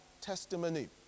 testimony